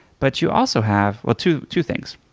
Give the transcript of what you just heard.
but you also have well, two two things.